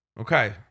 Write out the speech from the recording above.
Okay